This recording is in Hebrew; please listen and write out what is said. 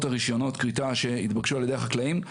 רישיונות הכריתה שהתבקשו על ידי החקלאים.